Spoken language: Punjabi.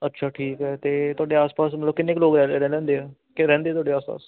ਅੱਛਾ ਠੀਕ ਹੈ ਅਤੇ ਤੁਹਾਡੇ ਆਸ ਪਾਸ ਮਤਲਬ ਕਿੰਨੇ ਕੁ ਲੋਕ ਰਹਿ ਲੈਂਦੇ ਆ ਕ ਰਹਿੰਦੇ ਤੁਹਾਡੇ ਆਸ ਪਾਸ